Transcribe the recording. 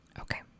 Okay